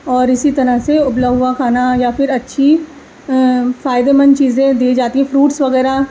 اور اسی طرح سے ابلا ہوا کھانا یا پھر اچھی فائدے مند چیزیں دی جاتی ہیں فروٹس وغیرہ